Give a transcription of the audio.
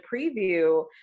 preview